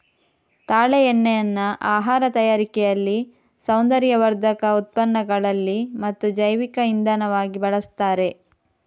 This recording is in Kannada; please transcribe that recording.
ತಾಳೆ ಎಣ್ಣೆಯನ್ನ ಆಹಾರ ತಯಾರಿಕೆಯಲ್ಲಿ, ಸೌಂದರ್ಯವರ್ಧಕ ಉತ್ಪನ್ನಗಳಲ್ಲಿ ಮತ್ತು ಜೈವಿಕ ಇಂಧನವಾಗಿ ಬಳಸ್ತಾರೆ